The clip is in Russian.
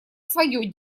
свое